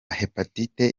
hepatite